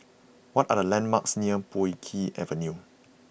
what are the landmarks near Puay Hee Avenue